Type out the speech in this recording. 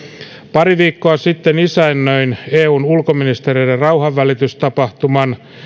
pari viikkoa sitten isännöin eun ulkoministeriöiden rauhanvälitystapahtuman